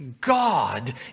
God